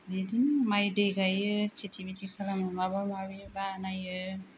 बिदिनो माय दै गायो खेति बेति खालामो माबा माबि बानायो